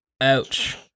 ouch